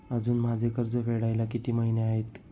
अजुन माझे कर्ज फेडायला किती महिने आहेत?